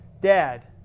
Dad